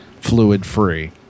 fluid-free